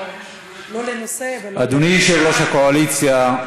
לא לנושא ולא אדוני יושב-ראש הקואליציה,